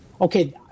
okay